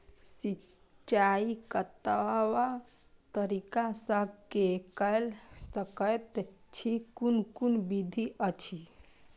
सिंचाई कतवा तरीका स के कैल सकैत छी कून कून विधि अछि?